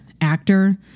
actor